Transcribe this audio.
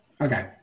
Okay